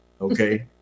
Okay